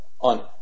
on